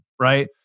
Right